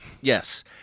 Yes